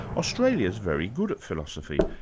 australia's very good at philosophy,